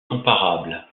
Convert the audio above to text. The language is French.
comparables